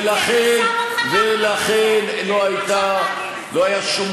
ולכן לא היה שום